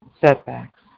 setbacks